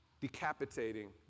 decapitating